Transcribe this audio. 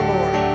Lord